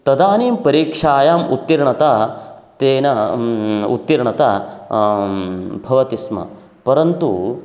तदानीं परीक्षायाम् उत्तीर्णता तेन उत्तीर्णता भवति स्म परन्तु